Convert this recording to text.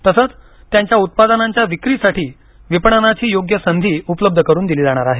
तसंच त्यांच्या उत्पादनांच्या विक्रीसाठी विपणानाची योग्य संधी उपलब्ध करून दिली जाणार आहे